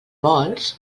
vols